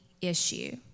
issue